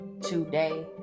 today